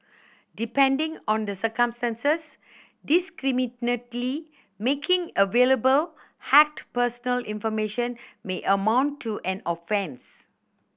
depending on the circumstances making available hacked personal information may amount to an offence